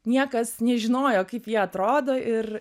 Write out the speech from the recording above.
niekas nežinojo kaip jie atrodo ir